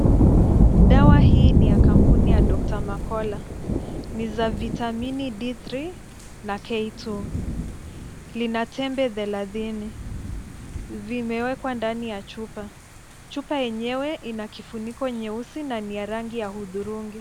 Dawa hii ni ya kampuni ya DR.MERCOLA.Ni za vitamini D3 na K2.Lina tembe thelathini. Vimewekwa ndani ya chupa. Chupa yenyewe ina kifuniko nyeusi na ni ya rangi ya hudhurungi.